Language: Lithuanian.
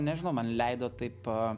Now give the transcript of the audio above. nežinau man leido taip a